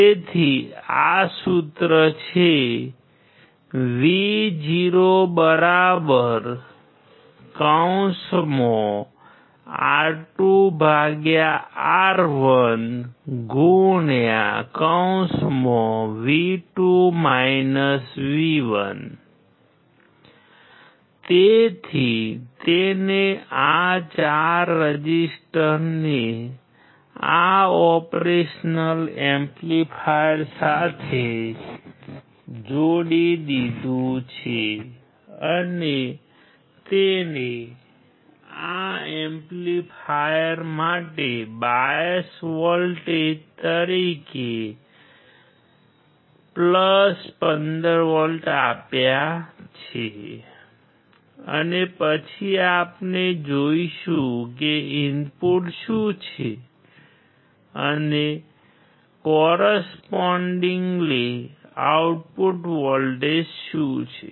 તેથી આપણું સૂત્ર છે VoR2R1 તેથી તેણે આ ચાર રેઝિસ્ટરને આ ઓપરેશન એમ્પ્લીફાયર સાથે જોડી દીધું છે અને તેણે આ એમ્પ્લીફાયર માટે બાયસ વોલ્ટેજ તરીકે 15V આપ્યું છે અને પછી આપણે જોઈશું કે ઇનપુટ શું છે અને કોરેસ્પૉન્ડિન્ગલી આઉટપુટ વોલ્ટેજ શું છે